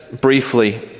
briefly